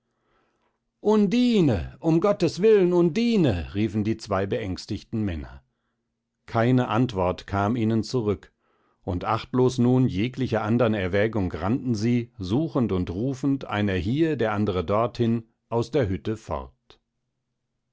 undine um gottes willen undine riefen die zwei beängstigten männer keine antwort kam ihnen zurück und achtlos nun jeglicher andern erwägung rannten sie suchend und rufend einer hier der andre dorthin aus der hütte fort